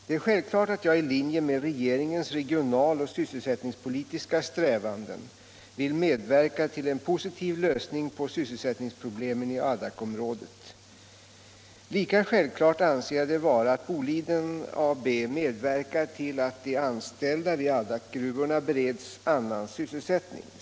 Det är självklart att jag i linje med regeringens regionaloch sysselsättningspolitiska strävanden vill medverka till en positiv lösning på sys selsättningsproblemen i Adakområdet. Lika självklart anser jag det vara att Boliden AB medverkar till att de anställda vid Adakgruvorna bereds annan sysselsättning.